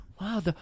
wow